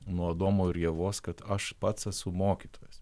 nuo adomo ir ievos kad aš pats esu mokytojas